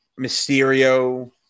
Mysterio